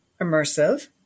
immersive